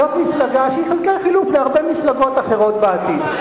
זאת מפלגה שהיא חלקי חילוף להרבה מפלגות אחרות בעתיד.